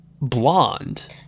blonde